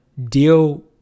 deal